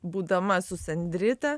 būdama su sandrita